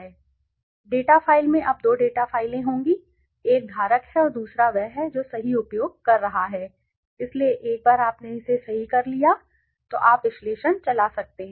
इसलिए data file में अब दो डेटा फ़ाइलें होंगी एक धारक है और दूसरा वह है जो सही उपयोग कर रहा है इसलिए एक बार आपने इसे सही कर लिया तो आप विश्लेषण चला सकते हैं